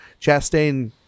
Chastain